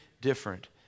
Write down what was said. different